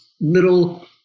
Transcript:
little